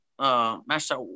master